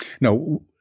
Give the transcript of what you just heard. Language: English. no